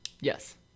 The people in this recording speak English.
Yes